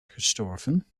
gestorven